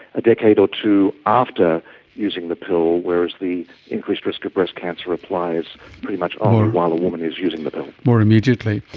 a decade or two after using the pill, whereas the increased risk of breast cancer applies pretty much only while a woman is using the pill. more immediately.